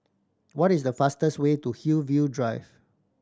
what is the fastest way to Hillview Drive